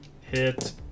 hit